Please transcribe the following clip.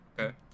Okay